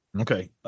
Okay